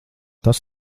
tas